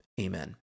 Amen